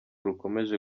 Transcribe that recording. rukomeje